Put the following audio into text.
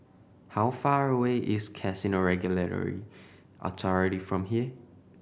how far away is Casino Regulatory Authority from here